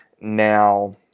now